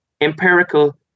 empirical